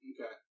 Okay